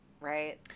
Right